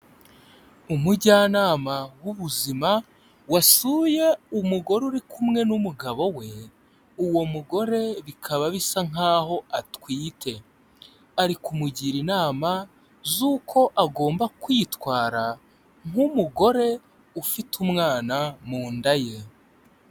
Umujyanama w'ubuzima wasuye umugore uri kumwe n'umugabo we, uwo mugore bikaba bisa nk'aho atwite, ari kumugira inama z'uko agomba kwitwara nk'umugore ufite umwana mu nda ye.